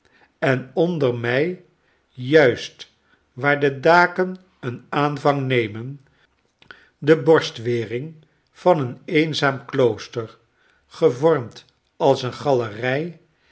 en onder mij juist waar de daken een aanvang nemen de borstwering van een eenzaam klooster gevormd als een galerij